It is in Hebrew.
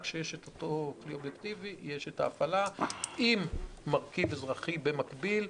רק כשיש אותו כלי אובייקטיבי יש ההפעלה עם מרכיב אזרחי במקביל,